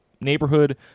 neighborhood